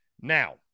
Now